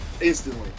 instantly